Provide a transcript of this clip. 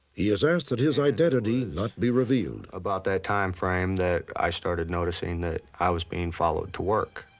he has asked that his identity not be revealed. about that time frame that i started noticing that i was being followed to work.